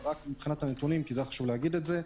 אבל רק מבחינת הנתונים, חשוב לומר את זה.